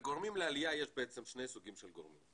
לעלייה יש בעצם שני סוגים של גורמים.